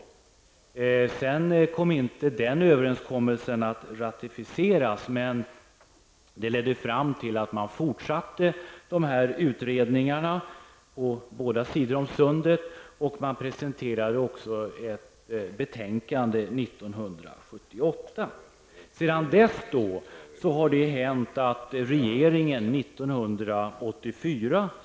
Denna överenskommelse ratificerades visserligen inte, men den ledde fram till att man på båda sidor av sundet fortsatte med utredningarna. Man presenterade också ett betänkande 1978.